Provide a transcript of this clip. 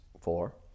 four